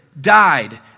died